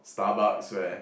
Starbucks where